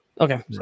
Okay